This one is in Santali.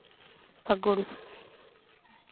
ᱯᱷᱟᱹᱜᱩᱱ